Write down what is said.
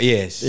Yes